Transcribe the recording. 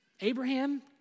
Abraham